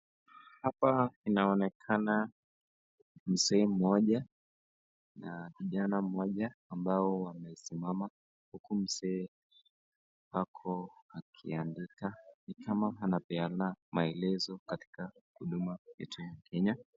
Hapa inaonekana ni sehemu moja na kijana mmoja ambao wamesimama huku mzee ako akiandika nikama maelezo katika huduma yetu ya Kenya.